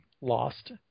lost